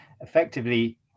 effectively